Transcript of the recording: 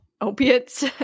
opiates